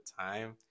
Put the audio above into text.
time